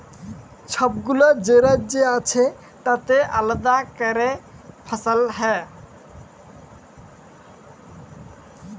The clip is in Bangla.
ছবগুলা যে রাজ্য আছে তাতে আলেদা ক্যরে ফসল হ্যয়